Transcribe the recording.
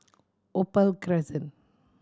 Opal Crescent